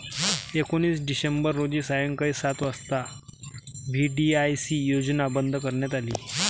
एकोणीस डिसेंबर रोजी सायंकाळी सात वाजता व्ही.डी.आय.सी योजना बंद करण्यात आली